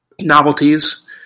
Novelties